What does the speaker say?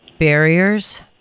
barriers